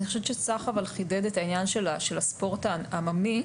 אני חושבת שצח חידד את העניין של הספורט העממי,